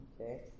okay